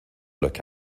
look